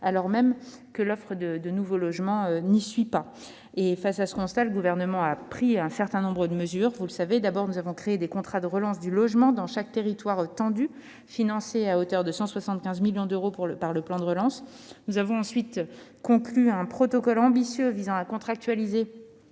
alors même que l'offre de nouveaux logements n'y suit pas. Face à ce constat, le Gouvernement a pris un certain nombre de mesures. Tout d'abord, nous avons créé des contrats de relance du logement dans chaque territoire tendu, financés à hauteur de 175 millions d'euros par le plan de relance. Ensuite, nous avons conclu un protocole ambitieux visant à contractualiser